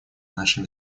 нашей